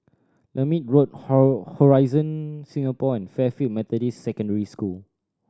Lermit Road Horizon Singapore and Fairfield Methodist Secondary School